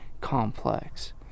complex